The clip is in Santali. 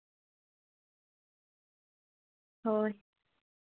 ᱦᱳᱭ